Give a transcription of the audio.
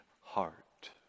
heart